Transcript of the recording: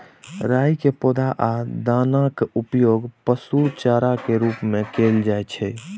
राइ के पौधा आ दानाक उपयोग पशु चारा के रूप मे कैल जाइ छै